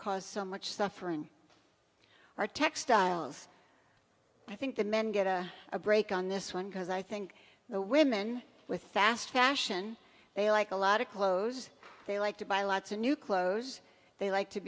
cause so much suffering or textiles i think the men get a break on this one because i think the women with fast fashion they like a lot of clothes they like to buy lots of new clothes they like to